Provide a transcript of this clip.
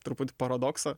truputį paradoksą